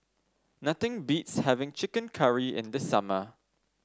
nothing beats having chicken curry in the summer